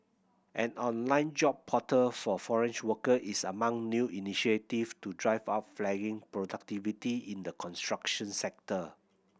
an online job portal for foreigner workers is among new initiative to drive up flagging productivity in the construction sector